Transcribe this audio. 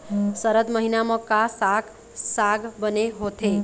सरद महीना म का साक साग बने होथे?